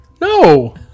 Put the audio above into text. No